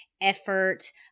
effort